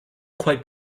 quite